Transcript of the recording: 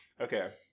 okay